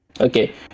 okay